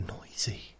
noisy